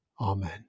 Amen